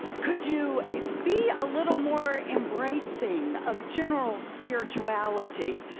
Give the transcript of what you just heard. could you be a little more embracing of general spirituality?